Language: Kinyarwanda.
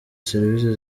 serivisi